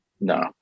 no